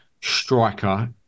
striker